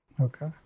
Okay